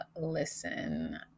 listen